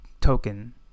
token